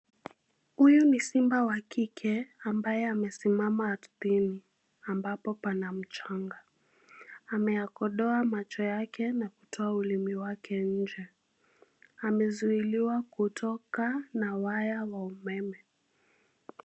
Huyu ni simba wa kike ambaye amesimama ardhini amabapo pana mchanga, ameyakodoa macho yake na kutoa ulimi wake nje. Amezuiliwa kutoka na waya wa umeme.